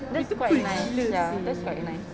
that's quite nice ya that's quite nice